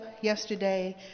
yesterday